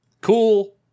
Cool